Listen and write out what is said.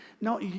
No